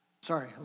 sorry